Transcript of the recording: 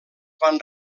van